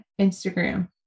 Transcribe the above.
Instagram